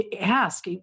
ask